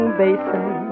basin